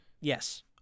Yes